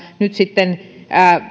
nyt sitten